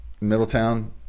Middletown